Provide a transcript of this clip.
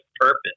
purpose